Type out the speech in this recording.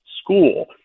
school